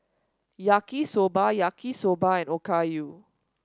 Yaki Soba Yaki Soba and Okayu